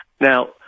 Now